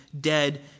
dead